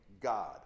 God